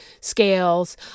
scales